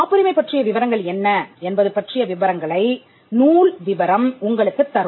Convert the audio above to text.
காப்புரிமை பற்றிய விவரங்கள் என்ன என்பது பற்றிய விவரங்களை நூல் விபரம் உங்களுக்குத் தரும்